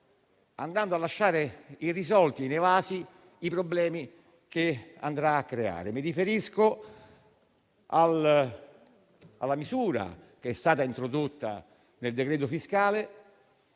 andando a lasciare irrisolti i problemi che andrà a creare. Mi riferisco alla misura introdotta nel decreto fiscale,